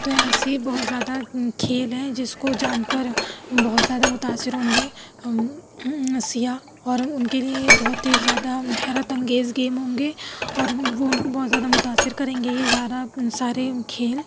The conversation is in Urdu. تو ایسے بہت زیادہ کھیل ہیں جس کو جان کر بہت زیادہ متاثر ہوں گے سیاح اور ان کے لیے یہ بہت ہی زیادہ حیرت انگیز گیم ہوں گے اور وہ ان کو بہت زیادہ متاثر کریں گے یہ زارا سارے کھیل